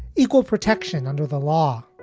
equal protection under the law.